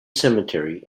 cemetery